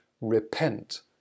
Repent